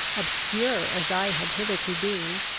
obscure as i had hitherto been,